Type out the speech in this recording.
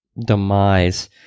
demise